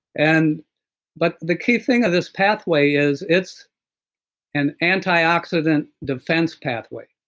and but the key thing of this pathway is it's an antioxidant defense pathway.